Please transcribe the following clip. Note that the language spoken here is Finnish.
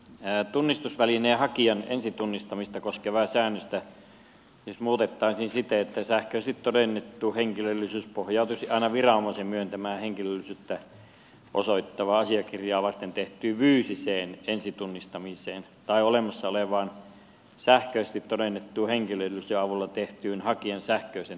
tunnistusvälineen hakijan ensitunnistamista koskevaa säännöstä siis muutettaisiin siten että sähköisesti todennettu henkilöllisyys pohjautuisi aina viranomaisen myöntämää henkilöllisyyttä osoittavaa asiakirjaa vasten tehtyyn fyysiseen ensitunnistamiseen tai olemassa olevaan sähköisesti todennettuun henkilöllisyyden avulla tehtyyn hakijan sähköiseen tunnistamiseen